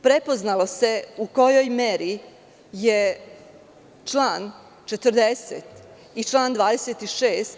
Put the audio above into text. Prepoznalo se u kojoj meri je član 40. i član 26.